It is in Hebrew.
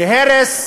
להרס